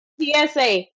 TSA